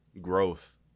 growth